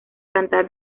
cantar